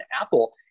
Apple